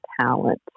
talent